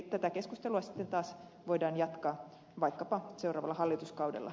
tätä keskustelua sitten taas voidaan jatkaa vaikkapa seuraavalla hallituskaudella